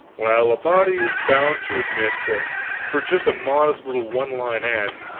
well, a body is bound to admit that for just a modest little one-line ad,